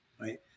right